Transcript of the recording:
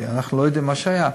כי אנחנו לא יודעים מה שהיה,